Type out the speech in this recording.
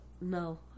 No